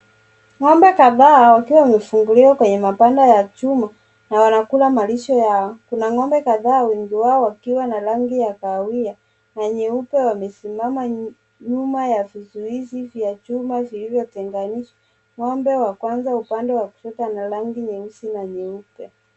Ng'ombe kadhaa wakiwa wamefunguliwa kwenye mabanda ya chuma na wanakula malishoni yao. Kuna ng'ombe kadhaa wengi wao wakiwa na rangi ya kahawia na nyeupe wamesimama nyuma ya vizuizi vya chuma vilivyo tenganishwa. Ng'ombe wa kwanza upande wa kushoto ana rangi nyeusi na nyeupe.